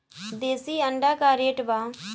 देशी अंडा का रेट बा?